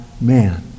man